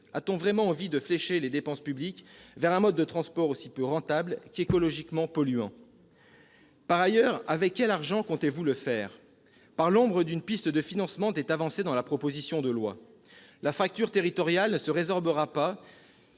A-t-on vraiment envie de flécher les dépenses publiques vers un mode de transport aussi peu rentable qu'écologiquement polluant ? Par ailleurs, avec quel argent comptez-vous le faire ? Pas l'ombre d'une piste de financement n'est avancée dans la proposition de loi. La fracture territoriale ne se résorbera pas